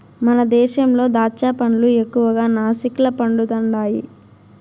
మన దేశంలో దాచ్చా పండ్లు ఎక్కువగా నాసిక్ల పండుతండాయి